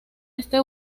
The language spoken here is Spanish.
este